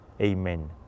Amen